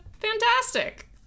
fantastic